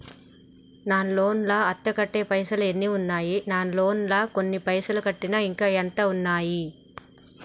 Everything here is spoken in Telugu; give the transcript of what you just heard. నా లోన్ లా అత్తే కట్టే పైసల్ ఎన్ని ఉన్నాయి నా లోన్ లా కొన్ని పైసల్ కట్టిన ఇంకా ఎంత ఉన్నాయి?